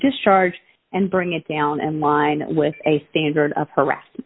discharge and bring it down and line with a standard of harassed